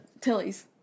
Tilly's